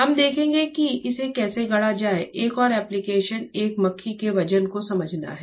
हम देखेंगे कि इसे कैसे गढ़ा जाए एक और एप्लिकेशन एक मक्खी के वजन को समझना है